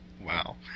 Wow